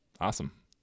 awesome